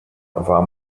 war